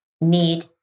need